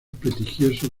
prestigioso